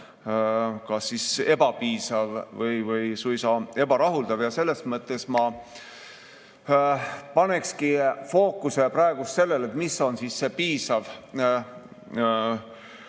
kas ebapiisav või suisa ebarahuldav. Selles mõttes ma panekski fookuse praegu sellele, mis on see piisav